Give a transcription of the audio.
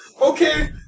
okay